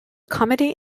comedy